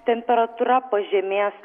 temperatūra pažemės